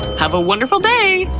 have a wonderful day!